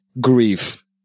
grief